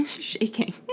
shaking